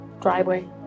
driveway